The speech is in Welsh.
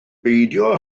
beidio